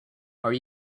are